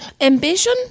Ambition